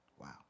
Wow